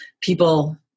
people